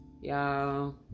y'all